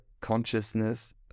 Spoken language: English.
consciousness